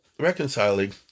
reconciling